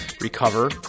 Recover